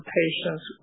patients